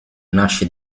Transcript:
nasce